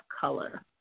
Color